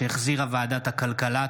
שהחזירה ועדת הכלכלה.